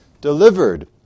delivered